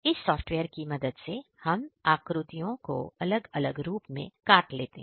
इस सॉफ्टवेयर की मदद से हम आकृतियों को अलग अलग रूप में काट सकें